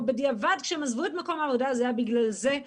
או בדיעבד כשהם עזבו את מקום העבודה זה היה בגלל זה,